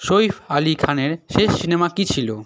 সইফ আলি খানের শেষ সিনেমা কী ছিল